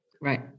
Right